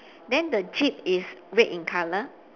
then the jeep is red in color